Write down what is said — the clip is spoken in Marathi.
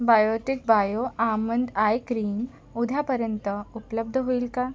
Biotique bio almond eye cream उद्यापर्यंत उपलब्ध होईल का